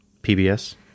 PBS